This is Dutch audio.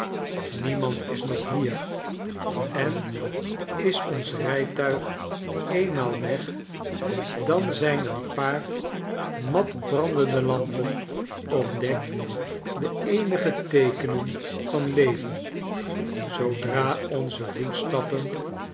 niemand is nog hier en is ons rijtuig eenmaal weg dan zyn een paar matbrandende lampen op dek de eenige teekenen van leven zoodra onze voetstappen